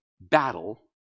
battle